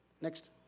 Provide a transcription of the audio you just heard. Next